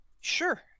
Sure